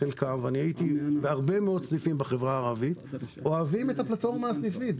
והייתי בהרבה מאוד סניפים בחברה הערבית אוהבים את הפלטפורמה הסניפית.